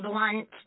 Blunt